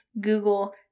Google